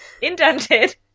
indented